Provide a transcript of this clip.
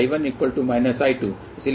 I1 I2